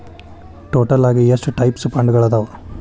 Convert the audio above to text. total ಆಗಿ ಎಷ್ಟ types ಫಂಡ್ಗಳದಾವ